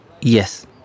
Yes